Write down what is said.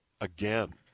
again